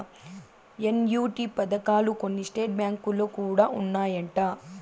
annuity పథకాలు కొన్ని state బ్యాంకులో కూడా ఉన్నాయంట